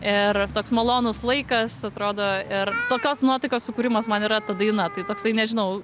ir toks malonus laikas atrodo ir tokios nuotaikos sukūrimas man yra ta daina kai toksai nežinau